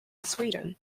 sweden